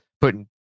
Putting